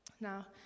Now